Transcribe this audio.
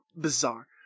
bizarre